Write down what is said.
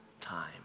time